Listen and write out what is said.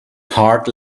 heart